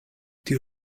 tiu